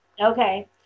okay